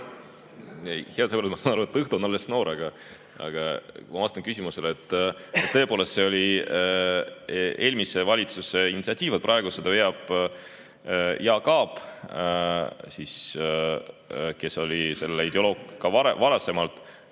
Head sõbrad, ma saan aru, et õhtu on alles noor, aga ma vastan küsimusele. Tõepoolest, see oli eelmise valitsuse initsiatiiv ja praegu seda veab Jaak Aab, kes oli selle ideoloog ka varasemalt.